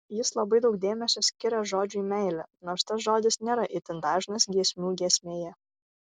jis labai daug dėmesio skiria žodžiui meilė nors tas žodis nėra itin dažnas giesmių giesmėje